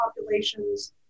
populations